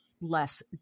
less